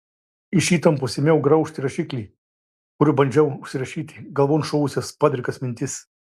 iš įtampos ėmiau graužti rašiklį kuriuo bandžiau užsirašyti galvon šovusias padrikas mintis